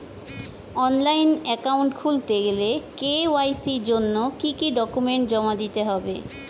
Online account খুলতে গেলে KYC জন্য কি কি ডকুমেন্ট জমা দিতে হবে?